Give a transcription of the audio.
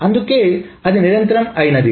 అందుకే అది నిరంతరం అయినది